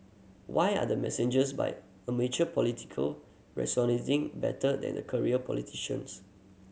why are the messengers by amateur political better than the career politicians